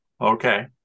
okay